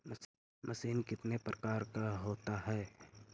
Machine कितने प्रकार का होता है?